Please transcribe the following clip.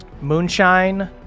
moonshine